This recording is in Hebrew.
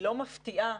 לא מפתיעה,